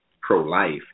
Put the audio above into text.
pro-life